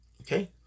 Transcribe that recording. okay